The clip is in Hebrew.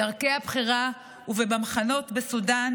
בדרכי הבריחה ובמחנות בסודן